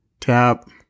Tap